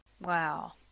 Wow